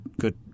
Good